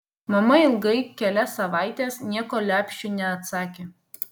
mama ilgai kelias savaites nieko lepšiui neatsakė